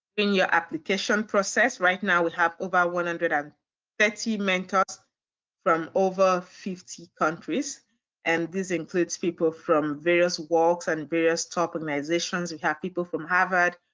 in your application process. right now we have over one hundred and um thirty mentors from over fifty countries and this includes people from various walks and various top organizations. we have people from harvard,